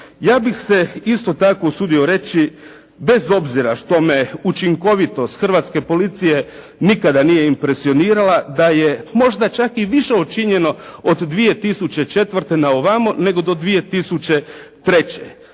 Ja bih se isto tako usudio reći bez obzira što me učinkovitost hrvatske policije nikada nije impresionirala, da je možda čak i više učinjeno od 2004. na ovamo, nego do 2003.